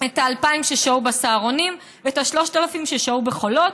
את ה-2,000 ששהו בסהרונים ואת ה-3,000 ששהו בחולות,